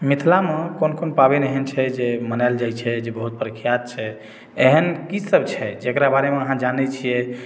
मिथिलामे कोन कोन पाबनि एहन छै जे मनाओल जाइत छै जे बहुत प्रख्यात छै एहन कीसभ छै जकरा बारेमे अहाँ जानैत छियै